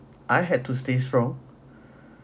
I had to stay strong